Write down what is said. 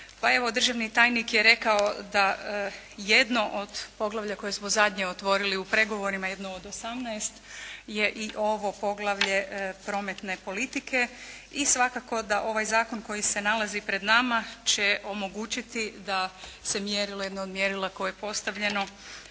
državni tajnik je rekao da jedno od poglavlja koje smo zadnje otvorili u pregovorima, jedno od 18 je i ovo poglavlje prometne politike i svakako da ovaj zakon koji se nalazi pred nama će omogućiti da se mjerilo, jedno od mjerila koje je postavljeno